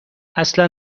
اصلا